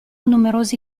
numerosi